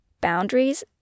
boundaries